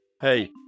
Hey